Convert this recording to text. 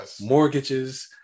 mortgages